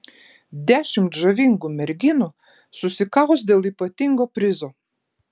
dešimt žavingų merginų susikaus dėl ypatingo prizo